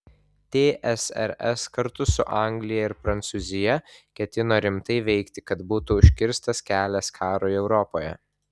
tsrs kartu su anglija ir prancūzija ketino rimtai veikti kad būtų užkirstas kelias karui europoje